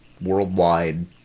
worldwide